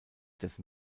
dessen